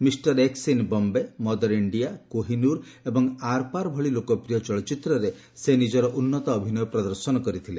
mister ଏକ୍କ in ବୟେ mother India Kohinoor ଏବଂ ଆର୍ପାର୍ ଭଳି ଲୋକପ୍ରିୟ ଚଳଚ୍ଚିତ୍ରରେ ସେ ନିଜର ଉନ୍ନତ ଅଭିନୟ ପ୍ରଦର୍ଶନ କରିଥିଲେ